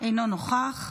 אינו נוכח,